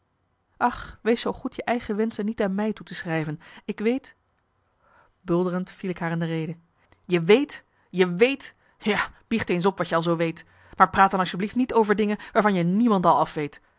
ach wees zoo goed je eigen wenschen niet aan mij toe te schrijven ik weet bulderend viel ik haar in de rede je weet je weet ja biecht eens op wat je al zoo weet maar praat dan asjeblieft niet over dingen waarvan je niemendal afweet